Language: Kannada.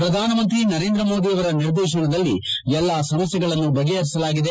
ಪ್ರಧಾನಮಂತ್ರಿ ನರೇಂದ್ರ ಮೋದಿಯವರ ನಿರ್ದೇಶನದಲ್ಲಿ ಎಲ್ಲಾ ಸಮಸ್ಗೆಗಳನ್ನು ಬಗೆಹರಿಸಲಾಗಿದೆ